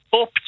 Up